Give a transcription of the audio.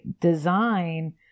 design